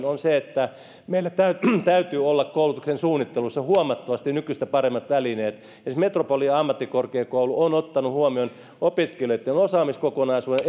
on se että meillä täytyy täytyy olla koulutuksen suunnittelussa huomattavasti nykyistä paremmat välineet esim metropolia ammattikorkeakoulu on ottanut huomioon opiskelijoitten osaamiskokonaisuuden